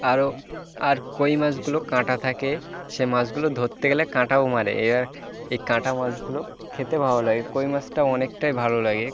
আরও আর কই মাছগুলো কাঁটা থাকে সে মাছগুলো ধরতে গেলে কাঁটাও মারে এরা এই কাঁটা মাছগুলো খেতে ভালো লাগে কই মাছটা অনেকটাই ভালো লাগে